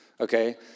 Okay